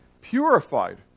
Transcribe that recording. Purified